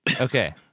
Okay